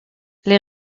les